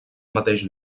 mateix